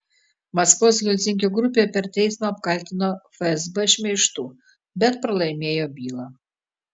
maskvos helsinkio grupė per teismą apkaltino fsb šmeižtu bet pralaimėjo bylą